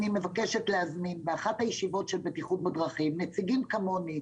אני מבקשת להזמין לאחת הישיבות של בטיחות בדרכים נציגים כמוני,